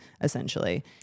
essentially